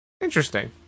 Interesting